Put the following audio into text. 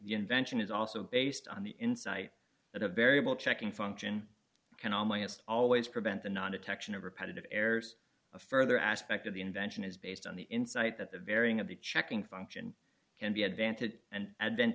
the invention is also based on the insight that a variable checking function can almost always prevent the non detection of repetitive errors a further aspect of the invention is based on the insight that the varying of the checking function can be advantage and a